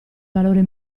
valore